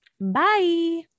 Bye